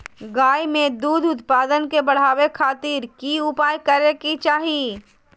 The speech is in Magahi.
गाय में दूध उत्पादन के बढ़ावे खातिर की उपाय करें कि चाही?